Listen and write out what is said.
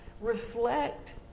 reflect